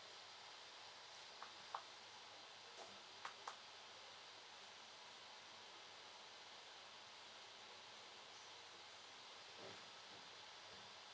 lah